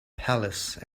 palace